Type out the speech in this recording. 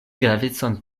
gravecon